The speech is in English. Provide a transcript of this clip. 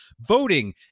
Voting